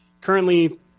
currently